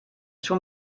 schon